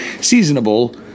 seasonable